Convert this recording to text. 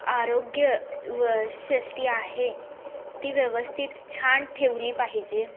आरोग्य व शष्टी आहे ती व्यवस्थित छान ठेवली पाहिजे